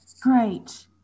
Great